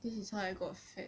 this is how I got fat